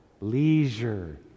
leisure